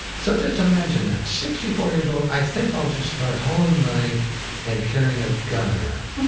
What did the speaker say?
so just imagine that sixty four years old, i think i'll just start hauling money and carrying a gun around.